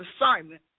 assignment